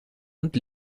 und